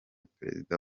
perezida